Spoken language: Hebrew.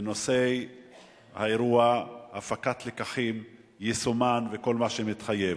בנושא האירוע, הפקת לקחים, יישומם וכל מה שמתחייב.